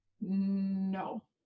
No